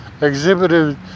exhibited